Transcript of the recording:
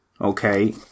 Okay